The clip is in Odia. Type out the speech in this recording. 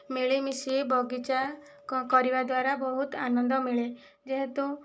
ମିଳିମିଶି ବଗିଚା କରିବା ଦ୍ୱାରା ବହୁତ ଆନନ୍ଦ ମିଳେ ଯେହେତୁ